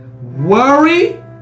Worry